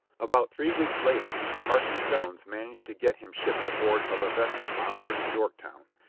about three weeks later parson jones managed to get him shipped aboard of a vessel bound for new york town,